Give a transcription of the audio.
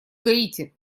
гаити